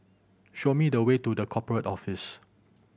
show me the way to The Corporate Office